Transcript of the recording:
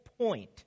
point